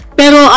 pero